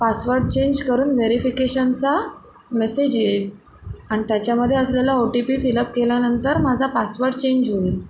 password change करून व्हेरिफिकेशनचा message येईल आणि त्याच्यामध्ये असलेला O T P fill up केल्यानंतर माझा पासवड चेंज होईल